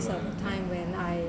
is the time when I